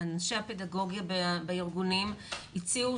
אנשי הפדגוגיה בארגונים הציעו